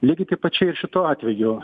lygiai taip pačiai ir šitu atveju